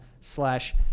slash